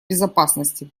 безопасности